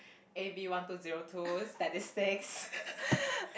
A_B one two zero two statistics